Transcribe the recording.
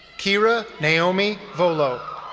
kira naomi volo.